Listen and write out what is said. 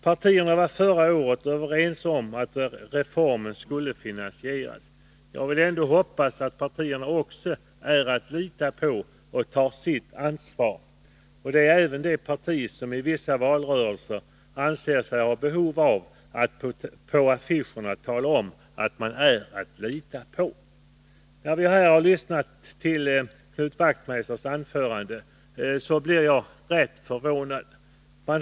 Partierna var förra våren överens om att reformen skulle finansieras. Jag vill ändå hoppas att partierna är att lita på och tar sitt ansvar, även det parti som i vissa valrörelser anser sig ha behov av att på affischer tala om att man ”är att lita på”. När jag lyssnade till Knut Wachtmeisters anförande blev jag rätt förvånad.